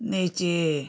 নিচে